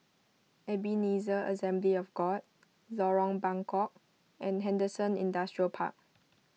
Ebenezer Assembly of God Lorong Buangkok and Henderson Industrial Park